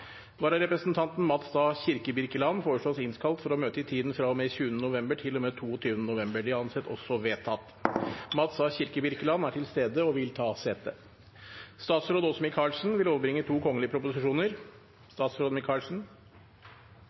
Vararepresentanten Mats A. Kirkebirkeland foreslås innkalt for å møte i tiden fra og med 20. november til og med 22. november. – Det anses også vedtatt. Mats A. Kirkebirkeland er til stede og vil ta sete.